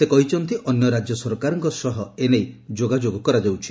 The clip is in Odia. ସେ କହିଛନ୍ତି ଅନ୍ୟ ରାଜ୍ୟ ସରକାରଙ୍କ ସହ ଏ ନେଇ ଯୋଗାଯୋଗ କରାଯାଉଛି